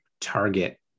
target